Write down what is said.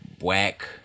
whack